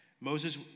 Moses